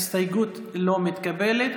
ההסתייגות לא מתקבלת.